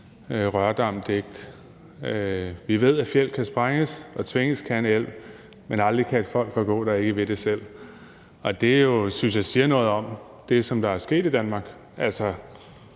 Rørdam: Vi ved, et fjeld kan sprænges, og tvinges kan en elv, men aldrig kan et folk forgå, som ikke vil det selv. Det synes jeg jo siger noget om det, der er sket i Danmark,